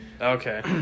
Okay